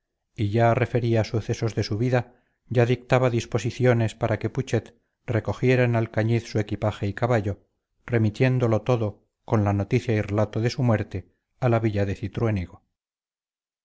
y ya refería sucesos de su vida ya dictaba disposiciones para que putxet recogiera en alcañiz su equipaje y caballo remitiéndolo todo con la noticia y relato de su muerte a la villa de